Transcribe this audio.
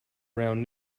around